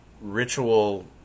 ritual